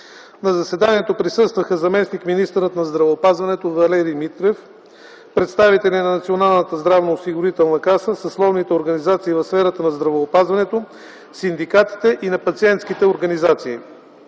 На заседанието присъстваха заместник-министърът на здравеопазването Валерий Митрев, представители на Националната здравноосигурителна каса, съсловните организации в сферата на здравеопазването, синдикатите и на пациентските организации.